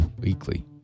Weekly